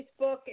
Facebook